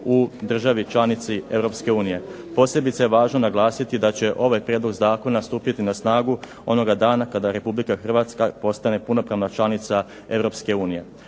u državi članici Europske unije. Posebice je važno naglasiti da će ovaj prijedlog zakona stupiti na snagu onoga dana kada Republika Hrvatska postane punopravna članica